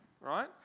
right